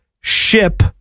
ship